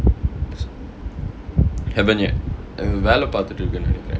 haven't yet வேல பாத்திட்டு இருக்கு நெனைக்குற:vaela paathittu irukku nenaikkura